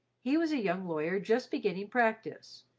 he was a young lawyer just beginning practice,